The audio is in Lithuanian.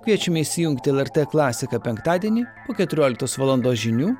kviečiame įsijungti lrt klasiką penktadienį po keturioliktos valandos žinių